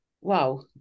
Wow